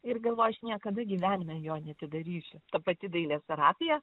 ir galvoji aš niekada gyvenime jo neatidarysiu ta pati dailės terapija